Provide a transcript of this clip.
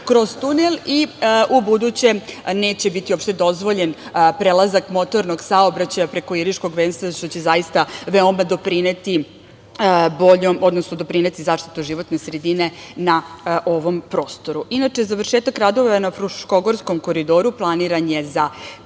kroz tunel i ubuduće neće biti uopšte dozvoljen prelazak motornog saobraćaja preko Iriškog venca zato što će zaista veoma doprineti boljom, odnosno doprineti zaštitom životne sredine na ovom prostoru. Inače, završetak radova na Fruškogorskom koridoru planiran je za